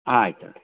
ಹಾಂ ಆಯಿತು ರೀ